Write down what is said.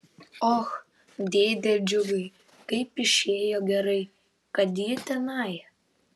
och dėde džiugai kaip išėjo gerai kad ji tenai